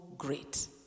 great